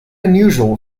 unusual